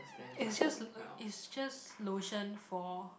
is just is just lotion for